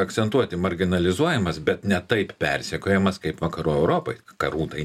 akcentuoti marginalizuojamas bet ne taip persekiojamas kaip vakarų europoj karų tai